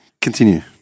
continue